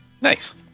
nice